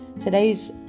Today's